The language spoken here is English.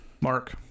Mark